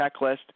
checklist